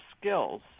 skills